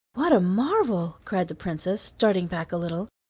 what a marvel! cried the princess, starting back a little.